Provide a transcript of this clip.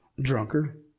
drunkard